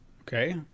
Okay